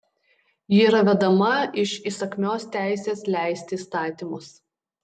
ji yra vedama iš įsakmios teisės leisti įstatymus